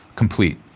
complete